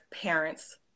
parents